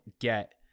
get